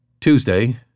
Tuesday